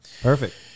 Perfect